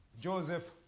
Joseph